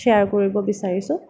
share কৰিব বিচাৰিছোঁ